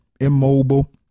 immobile